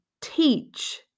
teach